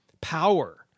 power